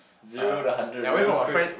zero to hundred real quick